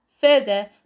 Further